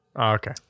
Okay